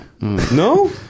no